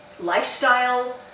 lifestyle